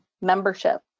membership